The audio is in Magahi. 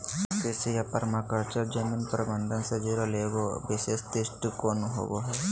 सतत कृषि या पर्माकल्चर जमीन प्रबन्धन से जुड़ल एगो विशेष दृष्टिकोण होबा हइ